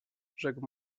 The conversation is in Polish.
rzekł